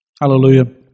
Hallelujah